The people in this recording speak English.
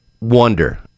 wonder